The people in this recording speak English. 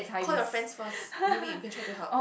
call your friends first maybe you can try to help